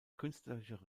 künstlerische